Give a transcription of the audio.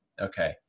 Okay